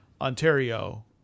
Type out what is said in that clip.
Ontario